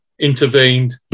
intervened